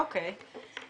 אוקי.